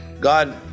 God